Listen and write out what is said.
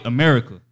America